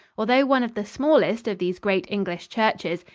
although one of the smallest of these great english churches,